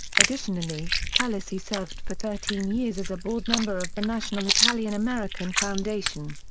additionally, pelosi served for thirteen years as a board member of the national italian american foundation.